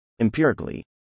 Empirically